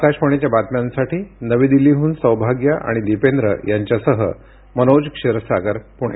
आकाशवाणीच्या बातम्यांसाठी नवी दिल्लीहून सौभाग्या आणि दिपेंद्र यांच्यासह मनोज क्षीरसागर पुणे